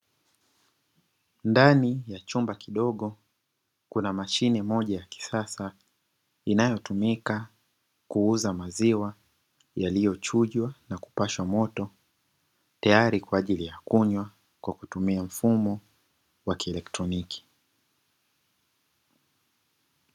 Ndani ya chumba kidogo kuna mashine moja ya kisasa inayotumika kuuza maziwa yaliyochujwa na kupashwa moto tayari kwa ajili ya kunywa kwa kutumia mfumo wa kielektroniki.